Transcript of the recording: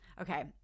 okay